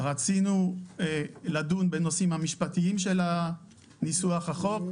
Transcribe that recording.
רצינו לדון בנושאים המשפטיים של ניסוח החוק,